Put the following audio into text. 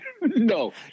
No